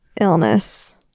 illness